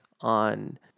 on